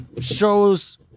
shows